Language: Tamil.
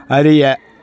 அறிய